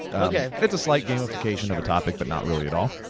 yeah it's a slight gamification of a topic, but not really at all.